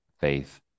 faith